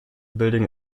building